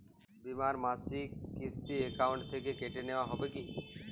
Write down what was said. বিমার মাসিক কিস্তি অ্যাকাউন্ট থেকে কেটে নেওয়া হবে কি?